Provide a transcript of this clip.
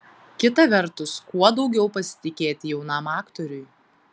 kita vertus kuo daugiau pasitikėti jaunam aktoriui